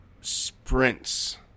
sprints